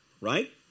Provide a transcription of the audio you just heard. right